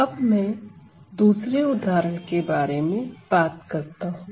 अब मैं दूसरे उदाहरण के बारे में बात करता हूं